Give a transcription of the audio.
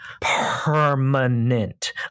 permanent